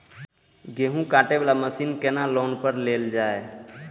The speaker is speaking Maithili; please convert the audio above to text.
गेहूँ काटे वाला मशीन केना लोन पर लेल जाय?